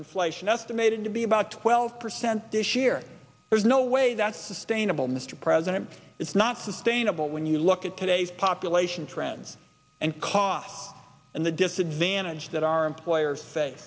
inflation estimated to be about twelve percent this year there's no way that's sustainable mr president it's not sustainable when you look at today's population trends and costs and the disadvantage that our employers say